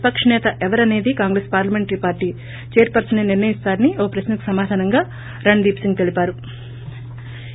విపక్ష నేత ఎవరనేది కాంగ్రెస్ పార్లమెంటరీ పార్టీ చైర్పర్సనే నిర్లయిస్తారని ఓ ప్రశ్న కు సమాధానంగా రణ్దీప్ సింగ్ తెలిపారు